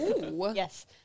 Yes